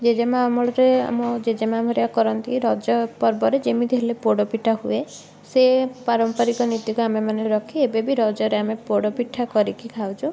ଜେଜେମାଁ ଅମଳରେ ଆମ ଜେଜେମା' ହରିକା କରନ୍ତି ରଜ ପର୍ବରେ ଯେମିତି ହେଲେ ପୋଡ଼ ପିଠା ହୁଏ ସେ ପାରମ୍ପରିକ ନୀତିକୁ ଆମେ ମନେରଖି ଏବେ ବି ଆମେ ରଜରେ ଆମେ ପୋଡ଼ ପିଠା କରିକି ଖାଉଛୁ